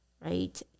right